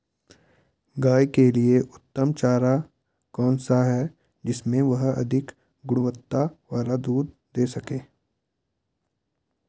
गाय के लिए उत्तम चारा कौन सा है जिससे वह अधिक गुणवत्ता वाला दूध दें सके?